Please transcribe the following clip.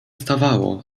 stawało